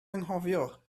anghofio